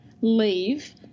leave